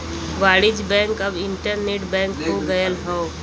वाणिज्य बैंक अब internet bank हो गयल हौ